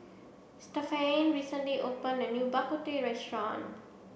Stephaine recently opened a new Bak Kut Teh Restaurant